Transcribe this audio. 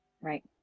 right